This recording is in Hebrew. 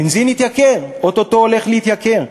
הבנזין התייקר, או-טו-טו הולך להתייקר.